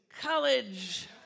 college